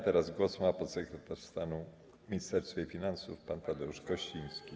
Teraz głos ma podsekretarz stanu w Ministerstwie Finansów pan Tadeusz Kościński.